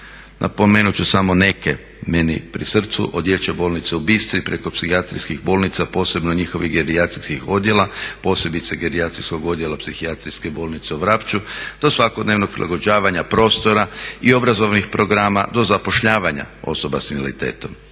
Napomenut ću samo neke meni pri srcu, od dječje bolnice u Bistri preko psihijatrijskih bolnica, posebno njihovih gerijatrijskih odjela, posebice Gerijatrijskog odjela Psihijatrijske bolnice u Vrapču do svakodnevnog prilagođavanja prostora i obrazovnih programa do zapošljavanja osoba s invaliditetom.